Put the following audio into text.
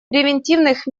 превентивных